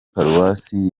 paruwasi